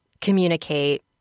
communicate